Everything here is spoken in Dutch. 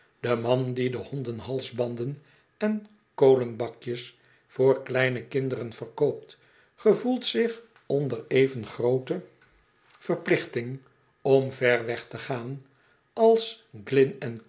de man die de hondenhalsbanden en kolenbakjes voor kleine kinderen verkoopt gevoelt zich onder even groote verplichting om ver weg te gaan als glyn en